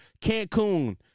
Cancun